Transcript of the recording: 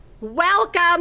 Welcome